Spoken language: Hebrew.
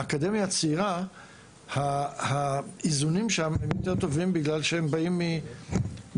האקדמיה הצעירה האיזונים שם יותר טובים בגלל שהם באים משלבים